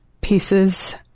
pieces